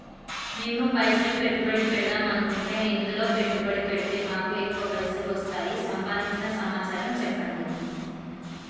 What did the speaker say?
మేము పైసలు పెట్టుబడి పెడదాం అనుకుంటే ఎందులో పెట్టుబడి పెడితే మాకు ఎక్కువ పైసలు వస్తాయి సంబంధించిన సమాచారం చెప్పండి?